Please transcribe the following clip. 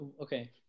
okay